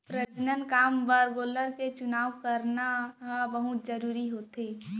प्रजनन काम बर गोलर के चुनाव करना हर बहुत जरूरी होथे